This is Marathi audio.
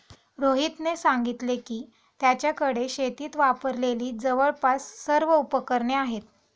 रोहितने सांगितले की, त्याच्याकडे शेतीत वापरलेली जवळपास सर्व उपकरणे आहेत